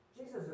Jesus